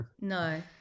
no